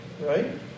Right